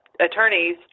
attorneys